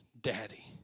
daddy